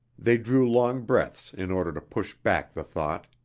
they drew long breaths in order to push back the thought.